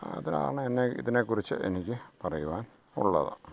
അതാണ് എന്നെ ഇതിനെ കുറിച്ച് എനിക്ക് പറയുവാൻ ഉള്ളത്